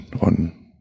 on